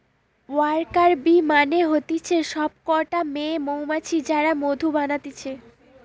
worker bee মানে হতিছে সব কটা মেয়ে মৌমাছি যারা মধু বানাতিছে